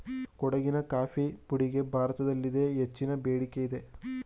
ಕೊಡಗಿನ ಕಾಫಿ ಪುಡಿಗೆ ಭಾರತದಲ್ಲಿದೆ ಹೆಚ್ಚಿನ ಬೇಡಿಕೆಯಿದೆ